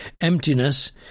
emptiness